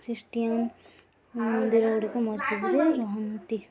Christian ମନ୍ଦିର ଗୁଡ଼ିକ ମସଜିଦରେ ରହନ୍ତି